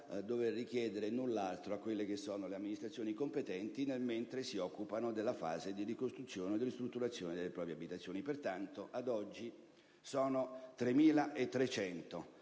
dover richiedere null'altro alle amministrazioni competenti mentre si occupano della fase di ricostruzione e ristrutturazione delle proprie abitazioni. Pertanto, ad oggi sono 3.300